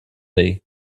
day